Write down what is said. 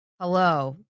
hello